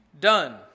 done